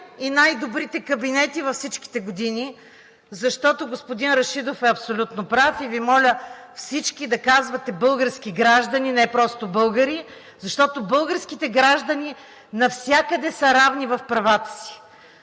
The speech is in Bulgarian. и най-добрите кабинети във всичките години, защото господин Рашидов е абсолютно прав. Моля Ви всички да казвате „български граждани“, а не просто българи, защото българските граждани навсякъде са равни в правата си.